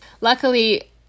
luckily